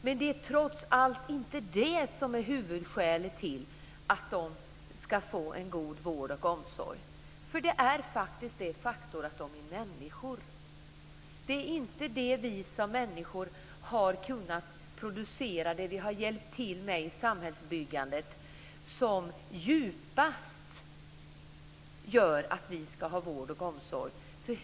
Men det är trots allt inte det som är huvudskälet till att de ska få en god vård och omsorg, utan det är det faktum att de är människor. Det är inte det som vi människor har producerat och åstadkommit i samhällsbyggandet som är avgörande för att vi ska ha vård och omsorg.